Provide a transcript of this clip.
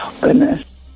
Goodness